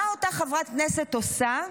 מה אותה חברת כנסת עושה?